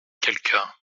quelqu’un